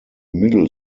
middle